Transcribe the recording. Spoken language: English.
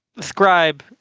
Scribe